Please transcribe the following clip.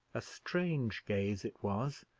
a strange gaze it was,